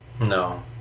No